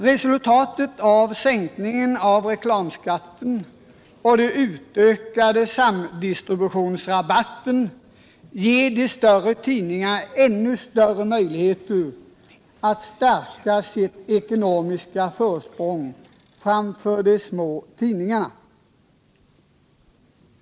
Resultatet av sänkningen av reklamskatten och den utökade samdistributionsrabatten ger de större tidningarna ännu bättre möjligheter att stärka sitt ekonomiska försprång framför de små tidningarna.